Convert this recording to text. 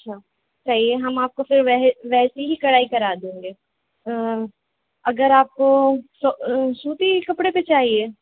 اچھا چاہیے ہم آپ کو پھر ویسے ہی کڑھائی کرا دیں گے اگر آپ کو سوتی کپڑے پہ چاہیے